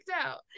out